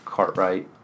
cartwright